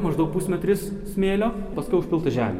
maždaug pusmetris smėlio paskiau užpilta žemė